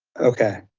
okay.